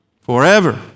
Forever